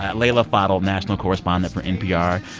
ah leila fadel, national correspondent for npr,